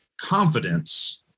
confidence